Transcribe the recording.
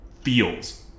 feels